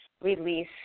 release